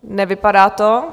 Nevypadá to.